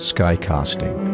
Skycasting